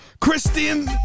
Christian